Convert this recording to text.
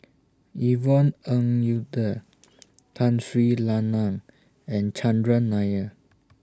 Yvonne Ng Uhde Tun Sri Lanang and Chandran Nair